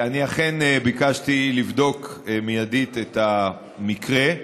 אני ביקשתי לבדוק מיידית את המקרה,